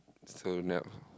so yup